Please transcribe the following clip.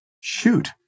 shoot